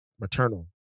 maternal